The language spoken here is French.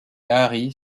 harry